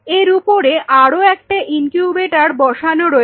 এর উপরে আরও একটা ইনকিউবেটর বসানো রয়েছে